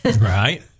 Right